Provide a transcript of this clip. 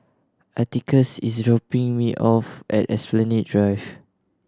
Atticus is dropping me off at Esplanade Drive